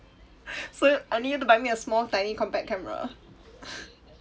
so I'll need you to buy me a small tiny compact camera